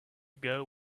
ago